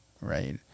right